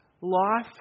life